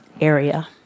area